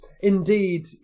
indeed